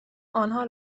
آنها